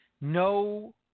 no